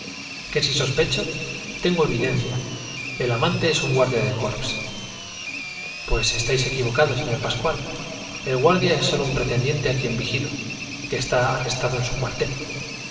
que si sospecho tengo evidencia el amante es un guardia de corps pues estáis equivocado señor pascual el guar dia es sólo un pretendiente á quien vigilo y que está r arrestado en su cuartel